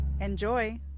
Enjoy